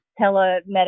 telemedicine